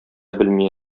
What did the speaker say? белми